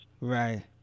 Right